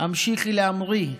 והמשיכי להמריא,